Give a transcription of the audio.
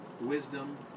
wisdom